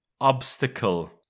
obstacle